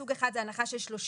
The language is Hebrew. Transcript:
סוג אחד זה הנחה של 30%,